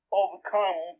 overcome